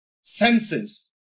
senses